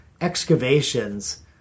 excavations